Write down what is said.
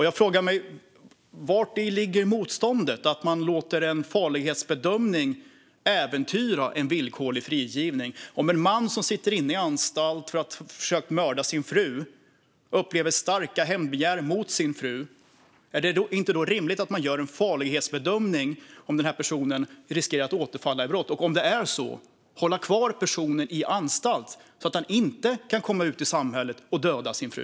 Jag frågar mig: Vari ligger motståndet mot att låta en farlighetsbedömning äventyra en villkorlig frigivning? Ett exempel är en man som sitter på anstalt för att han har försökt mörda sin fru och som upplever starka hämndbegär mot sin fru. Är det då inte rimligt att man gör en farlighetsbedömning? Riskerar den personen att återfalla i brott? Om det är så, är det då inte rimligt att hålla kvar personen på anstalt så att han inte kan komma ut i samhället och döda sin fru?